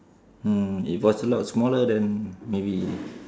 mm if was a lot smaller then maybe